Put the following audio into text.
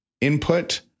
input